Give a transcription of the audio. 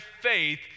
faith